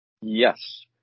Yes